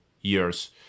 years